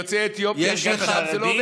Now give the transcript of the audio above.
יוצאי אתיופיה זה לא,